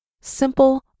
simple